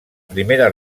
primera